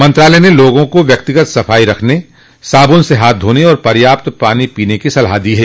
मंत्रालय ने लोगों को व्यक्तिगत सफाई रखने साब्न से हाथ धोने और पर्याप्त पानी पीने की सलाह दी है